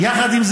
אני אומר לך